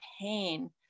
pain